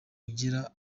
ugira